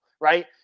Right